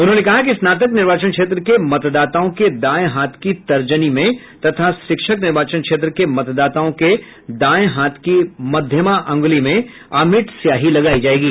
उन्होंने कहा कि स्नातक निर्वाचन क्षेत्र के मतदाताओं के दायें हाथ की तर्जनी में तथा शिक्षक निर्वाचन क्षेत्र के मतदाताओं के दायें हाथ की मध्यमा अंगुली में अमिट स्याही लगायी जायेगी